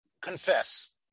confess